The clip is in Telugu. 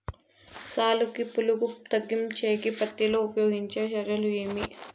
సాలుకి పులుగు తగ్గించేకి పత్తి లో ఉపయోగించే చర్యలు ఏమి?